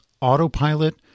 autopilot